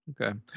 Okay